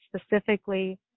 specifically